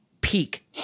peak